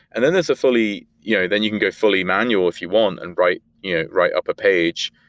and then there's a fully yeah then you can go fully manual if you want and write yeah write up a page,